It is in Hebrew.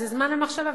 זה זמן למחשבה,